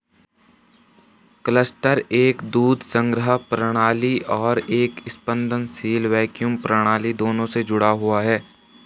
cluster एक दूध संग्रह प्रणाली और एक स्पंदनशील वैक्यूम प्रणाली दोनों से जुड़ा हुआ है